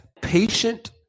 patient